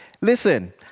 listen